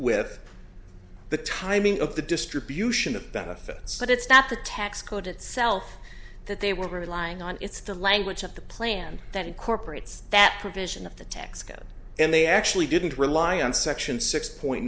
with the timing of the distribution of benefits but it's not the tax code itself that they were lying on it's the language of the plan that incorporates that provision of the tax code and they actually didn't rely on section six point